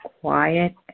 quiet